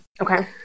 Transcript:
Okay